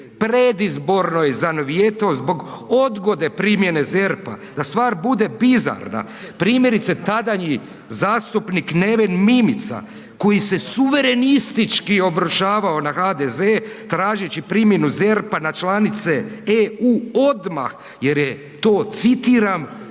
predizborno je zanovijetao zbog odgode primjene ZERP-a. Da stvar bude bizarna, primjerice tadanji zastupnik Neven Mimica koji se suverenistički obrušavao na HDZ tražeći primjenu ZERP-a na članice EU odmah jer je to citiram